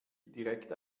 direkt